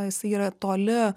jisai yra toli